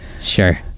sure